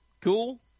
cool